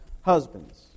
husbands